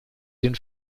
den